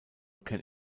can